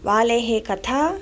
वालेः कथा